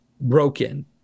broken